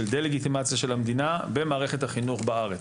של דה-לגיטימציה של המדינה במערכת החינוך בארץ.